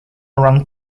orang